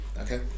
okay